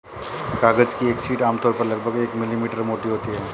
कागज की एक शीट आमतौर पर लगभग एक मिलीमीटर मोटी होती है